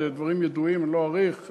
אלו דברים ידועים, אני לא אאריך.